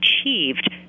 achieved